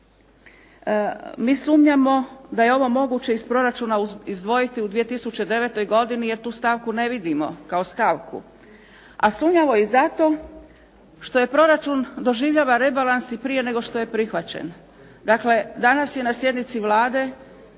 mi sumnjamo da je ovo moguće iz proračuna izdvojiti u 2009. godini jer tu stavku ne vidimo kao stavku. A sumnjamo i zato što proračun doživljava rebalans i prije nego što je prihvaćen. Dakle, danas je na sjednici Vlade